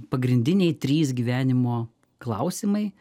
pagrindiniai trys gyvenimo klausimai